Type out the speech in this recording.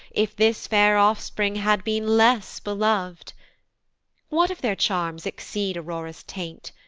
if this fair offspring had been less belov'd what if their charms exceed aurora's teint.